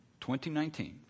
2019